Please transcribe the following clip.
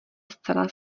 zcela